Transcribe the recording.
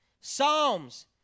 Psalms